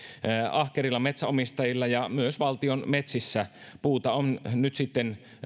ahkerilla metsänomistajilla ja myös valtion metsissä puuta on nyt sitten